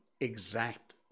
exact